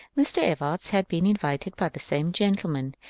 mr. evarts had been invited by the same gentlemen,